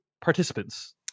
participants